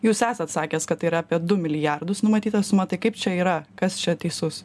jūs esat sakęs kad tai yra apie du milijardus numatyta suma tai kaip čia yra kas čia teisus